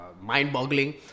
mind-boggling